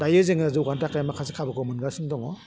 दायो जोङो जौगानो थाखाय माखासे खाबुखौ मोनगासिनो दङ